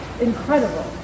incredible